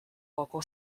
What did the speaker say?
local